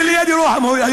זה ליד ירוחם.